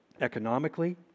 economically